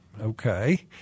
Okay